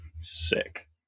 Sick